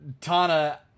Tana